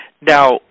Now